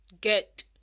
get